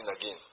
again